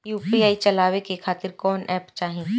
UPI चलवाए के खातिर कौन एप चाहीं?